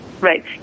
Right